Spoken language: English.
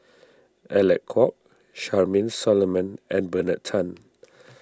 Alec Kuok Charmaine Solomon and Bernard Tan